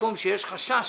במקום שיש חשש